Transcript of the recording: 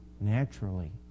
naturally